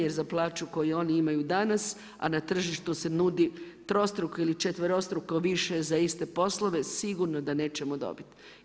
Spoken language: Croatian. Jer za plaću koju oni imaju danas, a na tržištu se nudi trostruko ili četverostruko više za iste poslove sigurno da nećemo dobiti.